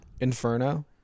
Inferno